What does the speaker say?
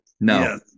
No